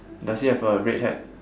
does he have a red hat